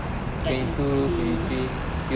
technically